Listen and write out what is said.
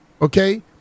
okay